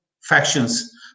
factions